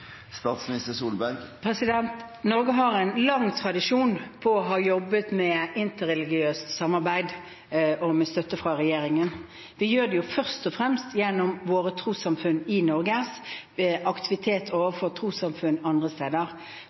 Norge har en lang tradisjon i å jobbe med interreligiøst samarbeid, også med støtte fra regjeringen. Vi gjør det først og fremst gjennom våre trossamfunn i Norge, ved aktivitet overfor trossamfunn andre steder.